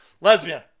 Lesbian